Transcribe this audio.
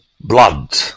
blood